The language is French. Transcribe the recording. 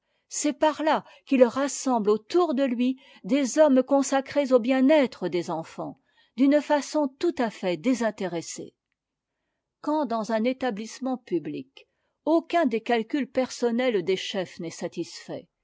c'est par là qu'il rassemble autour de lui des hommes consacrés au bien-être des enfants d'une façon tout à fait désintéressée quand dans un établissement public aucun des calculs personnels des chefs n'est satisfait